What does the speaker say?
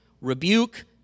rebuke